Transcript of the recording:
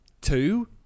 two